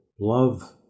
love